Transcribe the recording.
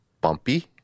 bumpy